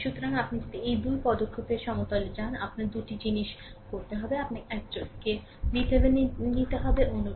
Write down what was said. সুতরাং আপনি যদি এই 2 পদক্ষেপের সমতলে যান আপনার 2 টি জিনিস করতে হবে আপনাকে একজনকে VThevenin নিতে হবে অন্যটি RThevenin